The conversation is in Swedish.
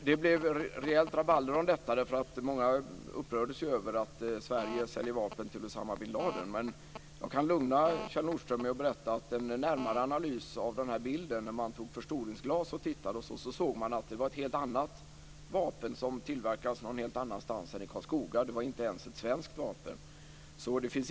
Det blev rejält rabalder om detta därför att många upprördes över att Sverige säljer vapen till Jag kan lugna Kjell Nordström genom att berätta att man vid en närmare analys av bilden - man tittade genom förstoringsglas - såg att det var ett helt annat vapen som tillverkas någon helt annanstans än i Karlskoga. Det var inte ens ett svenskt vapen.